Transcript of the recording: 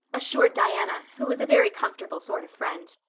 assured diana, who was a very comfortable sort of friend.